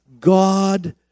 God